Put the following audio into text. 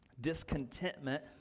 discontentment